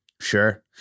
Sure